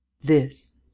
This